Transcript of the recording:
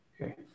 Okay